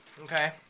Okay